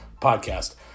podcast